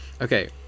okay